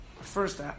First